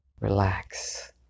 relax